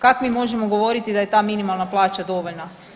Kako mi možemo govoriti da je ta minimalna plaća dovoljna.